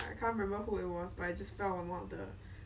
I I always must say eh you don't look ah you don't look